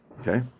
Okay